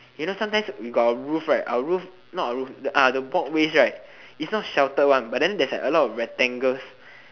you know sometimes we got a roof right our roof not roof ah the walkways right is not sheltered one but then there's like a lot of rectangles